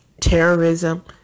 terrorism